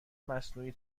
مصنوعی